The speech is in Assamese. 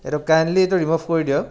এইটো কাইণ্ডলি এইটো ৰিমভ কৰি দিয়ক